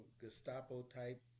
Gestapo-type